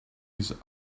his